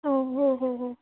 हो हो हो हो